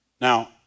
Now